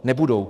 Nebudou.